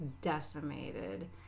decimated